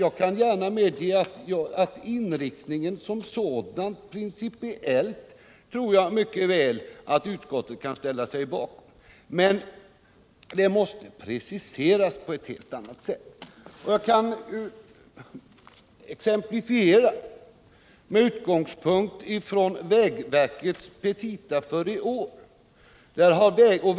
Jag kan gärna medge att jag tror att utskottet mycket väl principiellt kan ställa sig bakom den angivna inriktningen som sådan, men den måste preciseras på ett helt annat sätt. Låt mig exemplifiera med vägverkets anslagsframställning för nästa budgetår som utgångspunkt.